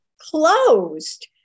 closed